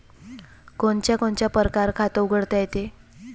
कोनच्या कोनच्या परकारं खात उघडता येते?